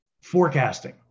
Forecasting